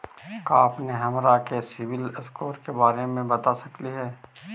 का अपने हमरा के सिबिल स्कोर के बारे मे बता सकली हे?